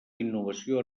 innovació